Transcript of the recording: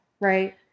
right